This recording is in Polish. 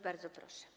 Bardzo proszę.